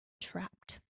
trapped